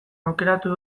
aukeratu